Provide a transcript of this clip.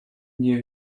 nie